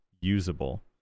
usable